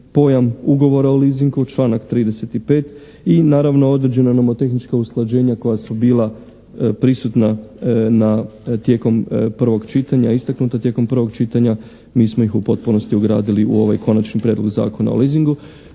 pojam Ugovora o leasingu, članak 35. i naravno određena nomotehnička usklađenja koja su bila prisutna na, tijekom prvog čitanja, istaknuta tijekom prvog čitanja. Mi smo ih u potpunosti ugradili u ovaj Konačni prijedlog zakona o lesasingu.